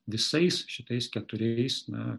visais šitais keturiais na